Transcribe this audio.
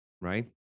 right